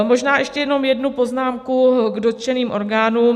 Možná ještě jenom jednu poznámku k dotčeným orgánům.